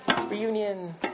Reunion